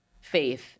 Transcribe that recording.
faith